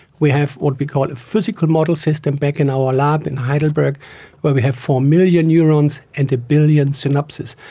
we have what we call a physical model system back in our lab in heidelberg where we have four million neurons and a billion synapses,